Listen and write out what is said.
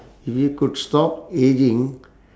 you could stop ageing